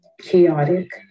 Chaotic